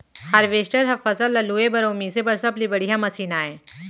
harvester ह फसल ल लूए बर अउ मिसे बर सबले बड़िहा मसीन आय